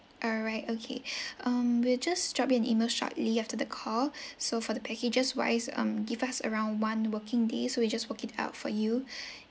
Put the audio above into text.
alright okay um we'll just drop you an email shortly after the call so for the packages wise um give us around one working day so we just work it out for you